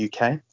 UK